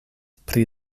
pri